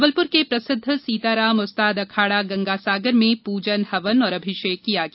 जबलपुर के प्रसिद्ध सीताराम उस्ताद अखाडा गंगासागर में पुजन हवन और अभिषेक किया गया